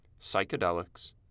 psychedelics